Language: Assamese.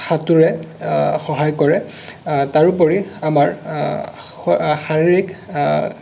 সাঁতোৰে সহায় কৰে তাৰোপৰি আমাৰ শ শাৰীৰিক